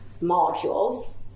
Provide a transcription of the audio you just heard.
molecules